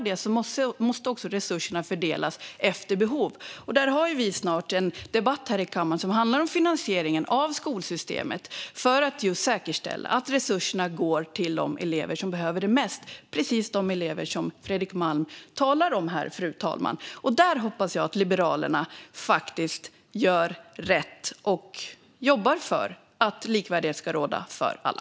Då måste också resurserna fördelas efter behov. Vi har snart en debatt här i kammaren som handlar om finansieringen av skolsystemet. Det handlar just om att säkerställa att resurserna går till de elever som behöver dem mest. Det gäller precis de elever som Fredrik Malm talar om här, fru talman. Där hoppas jag att Liberalerna faktiskt gör rätt och jobbar för att likvärdighet ska råda för alla.